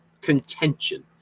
contention